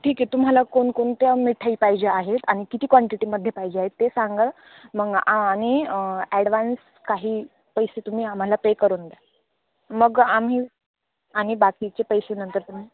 ठीक आहे तुम्हाला कोणकोणत्या मिठाई पाहिजे आहेत आणि किती क्वांटिटीमध्ये पाहिजे आहेत ते सांगा मग आणि ॲडवान्स काही पैसे तुम्ही आम्हाला पे करून द्या मग आम्ही आणि बाकीचे पैसेनंतर तुम्ही